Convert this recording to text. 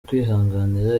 kwihanganira